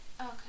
Okay